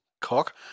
cock